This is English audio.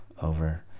over